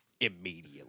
immediately